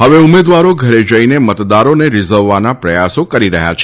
હવે ઉમેદવારો ઘરે જઈને મતદારો રીઝવવાના પ્રયાસો કરી રહ્યા છે